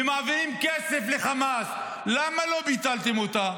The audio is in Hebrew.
ומעבירים כסף לחמאס, למה לא ביטלתם אותה?